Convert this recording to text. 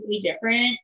different